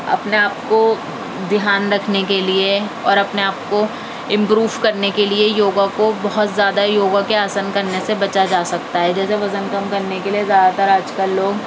اپنے آپ کو دھیان رکھنے کے لیے اور اپنے آپ کو امپروو کرنے کے لیے یوگا کو بہت زیادہ یوگا کے آسن کرنے سے بچا جا سکتا ہے جیسے وزن کم کرنے کے لیے زیادہ تر آج کل لوگ